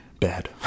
bad